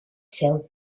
sell